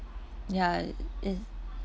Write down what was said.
ya is